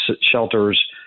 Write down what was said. shelters